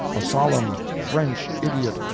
a solemn french idiot,